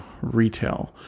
retail